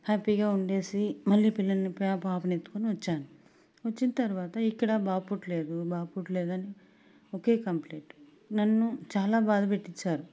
హ్యాపీగా ఉండేసి మళ్లీ పిల్లలు పా పాపని ఎత్తుకొని వచ్చాను వచ్చిన తర్వాత ఇక్కడ బాబు పుట్టలేదు బాబు పుట్టలేదని ఒకే కంప్లైంట్ నన్ను చాల బాధపెట్టించారు